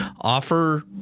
Offer